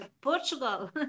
Portugal